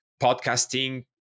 Podcasting